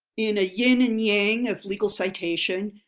in a yin and yang of legal citation,